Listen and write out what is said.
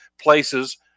places